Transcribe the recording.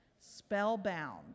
Spellbound